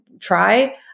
try